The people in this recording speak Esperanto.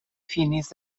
finis